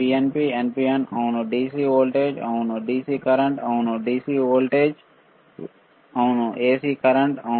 NPN PNP అవును DC voltage అవును DC current అవును ఎసి వోల్టేజ్ అవును ఎసి కరెంట్ అవును